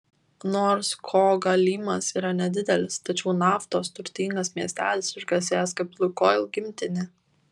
nors kogalymas yra nedidelis tačiau naftos turtingas miestelis išgarsėjęs kaip lukoil gimtinė